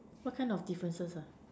what kind of differences ah